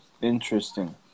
Interesting